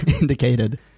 indicated